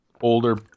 older